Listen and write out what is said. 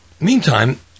Meantime